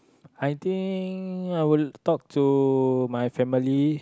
I think I will talk to my family